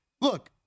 look